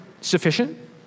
sufficient